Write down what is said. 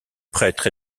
prêtre